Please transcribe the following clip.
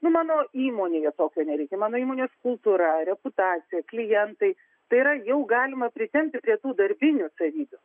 nu mano įmonėje tokio nereikia mano įmonės kultūra reputacija klientai tai yra jau galima pritempti prie tų darbinių savybių